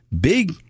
big